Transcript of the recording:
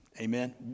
Amen